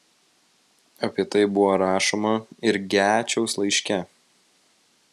apie tai buvo rašoma ir gečiaus laiške